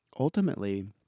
Ultimately